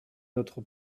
notre